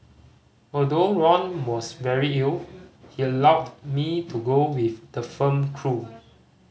although Ron was very ill he allowed me to go with the film crew